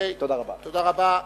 תודה רבה.